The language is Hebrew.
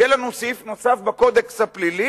והיה לנו סעיף נוסף בקודקס הפלילי,